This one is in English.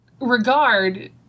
regard